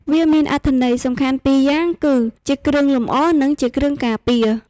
វាមានអត្ថន័យសំខាន់ពីរយ៉ាង គឺ ជាគ្រឿងលម្អ និង ជាគ្រឿងការពារ។